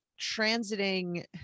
Transiting